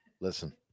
listen